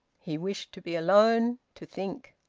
he wished to be alone, to think.